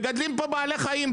מגדלים פה בעלי חיים,